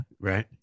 Right